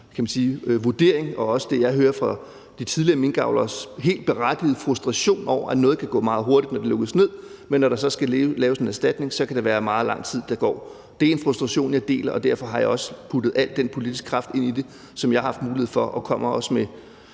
vurdering og også det, jeg hører fra de tidligere minkavlere om deres helt berettigede frustration over, at noget kan gå meget hurtigt, når det lukkes ned, men når der så skal laves en erstatning, kan det være meget lang tid, der går. Det er en frustration, jeg deler, og derfor har jeg også puttet al den politiske kraft ind i det, som jeg har haft mulighed for, og jeg kommer også med